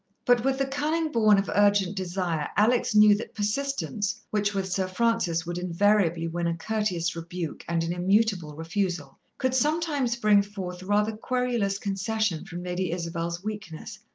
but with the cunning borne of urgent desire, alex knew that persistence, which with sir francis would invariably win a courteous rebuke and an immutable refusal, could sometimes bring forth rather querulous concession from lady isabel's weakness.